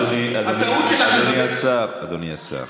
הטעות שלך, אדוני, אדוני השר.